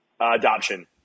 adoption